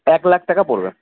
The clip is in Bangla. এক লাখ টাকা পড়বে